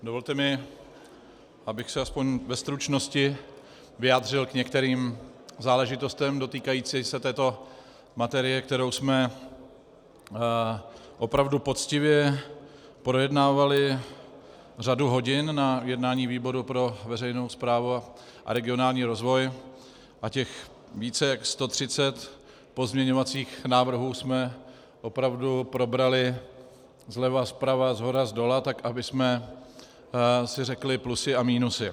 Dovolte mi, abych se aspoň ve stručnosti vyjádřil k některým záležitostem dotýkajícím se této materie, kterou jsme opravdu poctivě projednávali řadu hodin na jednání výboru pro veřejnou správu a regionální rozvoj a těch více než 130 pozměňovacích návrhů jsme opravdu probrali zleva, zprava, shora, zdola tak, abychom si řekli plusy a minusy.